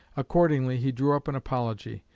accordingly, he drew up an apology,